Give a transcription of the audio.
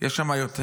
יש שם יותר.